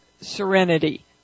serenity